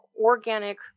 organic